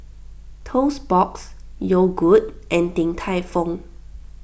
Toast Box Yogood and Din Tai Fung